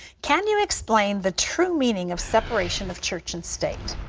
can you explain the true meaning of separation of church and state?